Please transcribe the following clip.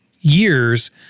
years